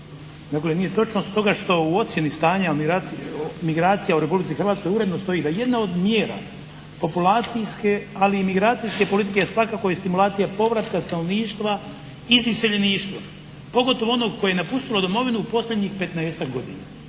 nije točno stoga što u ocjeni stanja migracija u Republici Hrvatskoj uredno stoji da jedna od mjera populacijske ali i migracijske politike je svakako i stimulacija povratka stanovništva iz iseljeništva, pogotovo onog koji je napustilo domovinu u posljednjih 15.-tak godina.